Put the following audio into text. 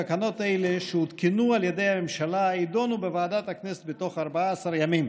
תקנות אלה שהותקנו על ידי הממשלה יידונו בוועדת הכנסת בתוך 14 ימים.